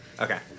Okay